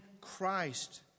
Christ